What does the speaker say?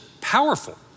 powerful